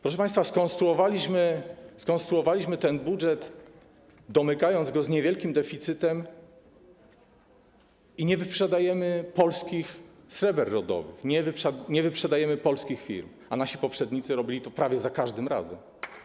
Proszę państwa, skonstruowaliśmy ten budżet, domykając go z niewielkim deficytem i nie wyprzedajemy polskich sreber rodowych, nie wyprzedajemy polskich firm, a nasi poprzednicy robili to prawie za każdym razem.